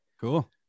Cool